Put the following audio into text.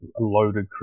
loaded